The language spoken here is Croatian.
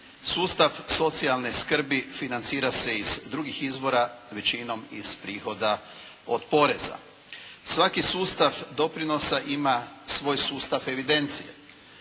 Sustav socijalne skrbi financira se iz drugih izvora većinom iz prihoda od poreza. Svaki sustav doprinosa ima svoj sustav evidencije.